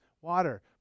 water